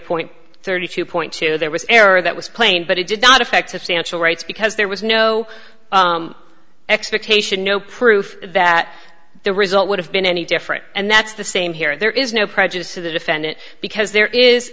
point thirty two point two there was error that was plain but it did not affect substantial rights because there was no expectation no proof that the result would have been any different and that's the same here there is no prejudice of the defendant because there is